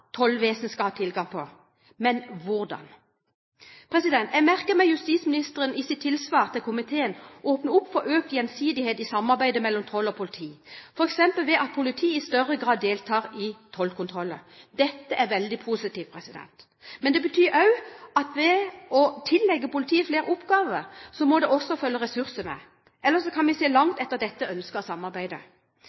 tollvesenet skal ha tilgang på, men om hvordan. Jeg merker meg at justisministeren i sitt tilsvar til komiteen åpner opp for økt gjensidighet i samarbeidet mellom toll og politi, f.eks. ved at politiet i større grad deltar i tollkontroller. Dette er veldig positivt. Men det betyr også at ved å tillegge politiet flere oppgaver må det også følge med ressurser, ellers kan vi se langt etter dette ønskede samarbeidet.